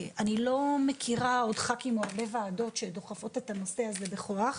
אני לא מכירה חברי כנסת או ועדי ועדות שדוחפות את הנושא הזה בכוח.